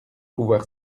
pouvoir